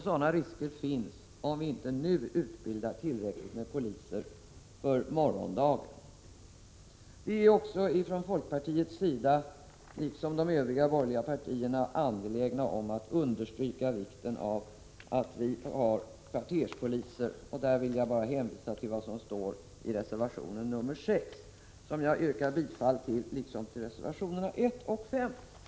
Sådana risker finns, om vi inte nu utbildar tillräckligt med poliser för morgondagen. Vi i folkpartiet är också liksom de övriga borgerliga partierna angelägna om att understryka vikten av kvarterspoliser. Där vill jag bara hänvisa till vad som står i reservation 6, som jag yrkar bifall till liksom till reservationerna 1 och 5.